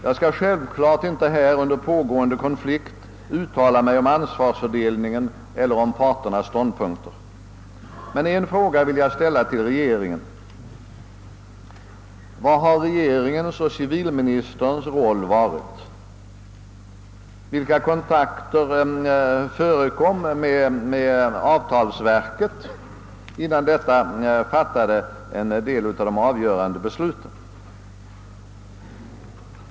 Jag skall självfallet inte under pågående konflikt uttala mig om ansvarsfördelningen eller om parternas ståndpunkter. Men en fråga vill jag ställa till regeringen: Vilken har regeringens och civilministerns roll varit? Vilka kontakter förekom med avtalsverket innan detta fattade en del av de avgörande besluten?